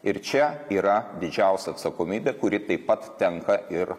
ir čia yra didžiausia atsakomybė kuri taip pat tenka ir